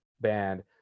band